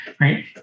right